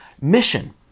mission